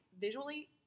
visually